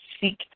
seek